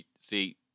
See